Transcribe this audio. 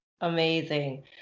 Amazing